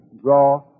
draw